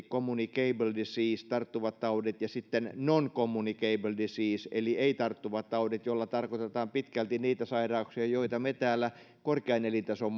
communicable disease tarttuvat taudit ja sitten on non communicable disease eli ei tarttuvat taudit joilla tarkoitetaan pitkälti niitä sairauksia joita me täällä korkean elintason